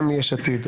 גם מיש עתיד,